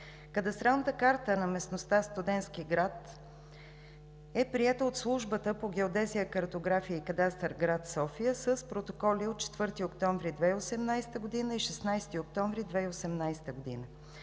Кадастралната карта на местността „Студентски град“ е приета от Службата по геодезия, картография и кадастър – град София, с протоколи от 4 октомври 2018 г. и 16 октомври 2018 г.